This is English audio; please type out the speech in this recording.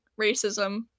racism